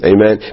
Amen